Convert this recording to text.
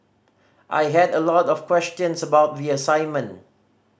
I had a lot of questions about the assignment